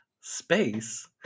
Space